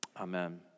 Amen